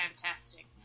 fantastic